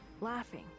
laughing